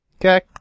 Okay